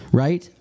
right